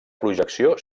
projecció